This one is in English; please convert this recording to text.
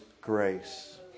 grace